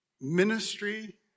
ministry